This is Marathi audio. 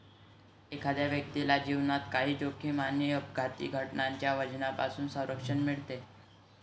एखाद्या व्यक्तीला जीवनात काही जोखीम आणि अपघाती घटनांच्या वजनापासून संरक्षण मिळते